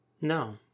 No